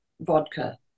vodka